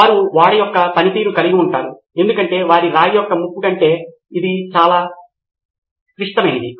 వారు ఓడ యొక్క పనితీరును కలిగి ఉంటారు ఎందుకంటే వారి రాగి యొక్క ముప్పు కంటే ఇది చాలా క్లిష్టమైనది